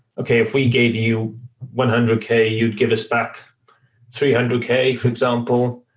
okay, if we gave you one hundred k, you'd give us back three hundred k, for example,